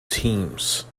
teams